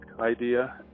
idea